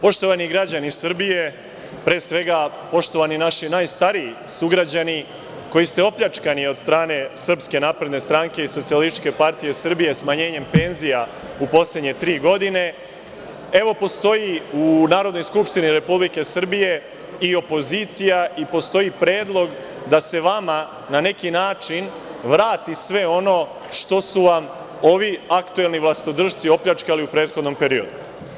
Poštovani građani Srbije, pre svega poštovani naši najstariji sugrađani koji ste opljačkani od strane SNS, SPS, smanjenjem penzija u poslednje tri godine, evo postoji u Narodnoj skupštini Republike Srbije i opozicija i postoji predlog da se vama na neki način vrati sve ono što su vam ovi aktuelni vlastodršci opljačkali u prethodnom periodu.